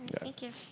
yeah thank you.